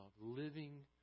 living